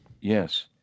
yes